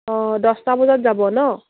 অঁ দহটা বজাত যাব ন